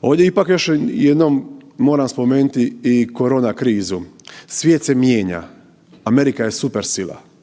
Ovdje ipak još jednom moram spomenuti i korona krizu. Svijet se mijenja, Amerika je supersila.